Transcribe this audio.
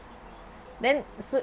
then